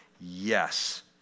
yes